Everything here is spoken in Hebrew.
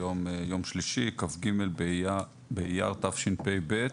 היום יום שלישי כ"ג באייר תשפ"ב ,